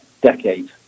decade